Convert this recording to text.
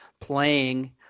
playing